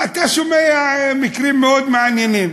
אתה שומע מקרים מאוד מעניינים.